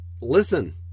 listen